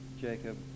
Jacob